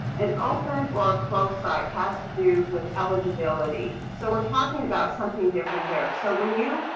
an open or a closed site has to do with eligibility. so we're talking about something different there. so when you.